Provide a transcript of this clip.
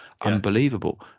unbelievable